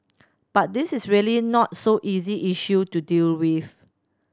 but this is really not so easy issue to deal with